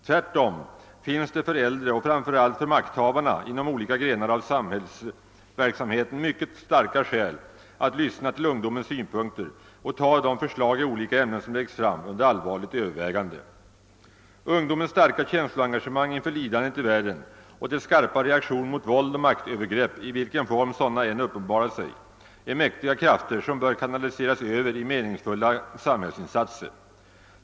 Tvärtom finns det för de äldre och framför allt för makthavarna inom olika grenar av samhällsverksamheten mycket starka skäl att lyssna till ungdomens synpunkter och ta de förslag i olika ämnen som läggs fram under allvarligt övervägande. Ungdomens starka känsloengagemang inför lidandet i världen och dess skarpa reaktion mot våld och maktövergrepp i vilken form sådana än uppenbarar sig är mäktiga krafter som bör kanaliseras över i meningsfulla samhällsinsatser.